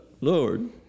Lord